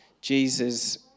Jesus